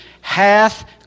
hath